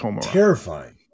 Terrifying